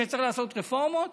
שצריך לעשות רפורמות